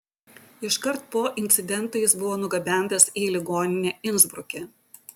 iškart po incidento jis buvo nugabentas į ligoninę insbruke